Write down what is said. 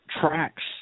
tracks